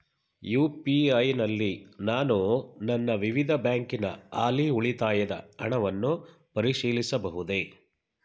UPI ನಲ್ಲಿ ನಾನು ನನ್ನ ವಿವಿಧ ಬ್ಯಾಂಕಿನ ಹಾಲಿ ಉಳಿತಾಯದ ಹಣವನ್ನು ಪರಿಶೀಲಿಸಬಹುದೇ?